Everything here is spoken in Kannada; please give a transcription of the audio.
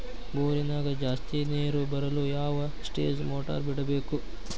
ಬೋರಿನ್ಯಾಗ ಜಾಸ್ತಿ ನೇರು ಬರಲು ಯಾವ ಸ್ಟೇಜ್ ಮೋಟಾರ್ ಬಿಡಬೇಕು?